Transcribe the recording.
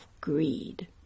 greed